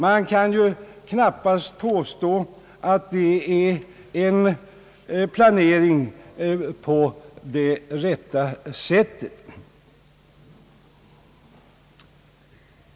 Man kan ju knappast påstå att det är en planering på det rätta sättet.